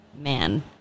man